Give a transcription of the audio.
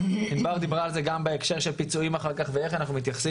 וענבר דיברה על זה גם בהקשר של פיצויים אחר כך ואין אנחנו מתייחסים,